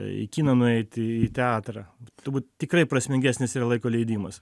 į kiną nueiti į teatrą turbūt tikrai prasmingesnis yra laiko leidimas